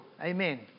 Amen